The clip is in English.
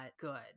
good